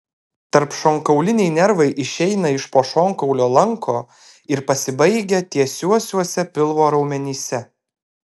tarpšonkauliniai nervai išeina iš po šonkaulio lanko ir pasibaigia tiesiuosiuose pilvo raumenyse